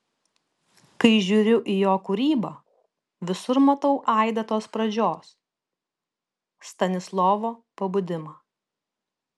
kai žiūriu į jo kūrybą visur matau aidą tos pradžios stanislovo pabudimą